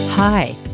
Hi